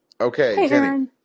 Okay